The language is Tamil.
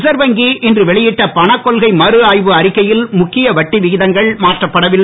ரிசர்வ் வங்கி இன்று வெளியிட்ட பணகொள்கை மறுஆய்வு அறிக்கையில் முக்கிய வட்டிவிகிதங்கள் மாற்றப்படவில்லை